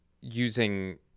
using